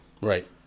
Right